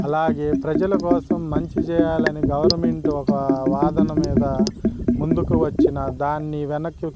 అలాగే ప్రజల కోసం మంచి చేయాలని గవర్నమెంట్ ఒక వాదన మీద ముందుకు వచ్చినా దాన్ని వెనక్కి